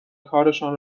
کارشان